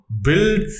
build